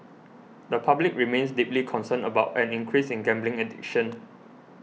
the public remains deeply concerned about an increase in gambling addiction